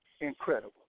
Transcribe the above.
Incredible